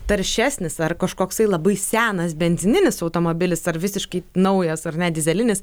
taršesnis ar kažkoksai labai senas benzininis automobilis ar visiškai naujas ar net dyzelinis